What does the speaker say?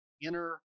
inner